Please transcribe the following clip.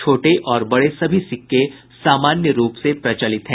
छोटे और बड़े सभी सिक्के सामान्य रूप से प्रचलित हैं